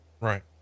Right